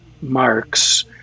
Marx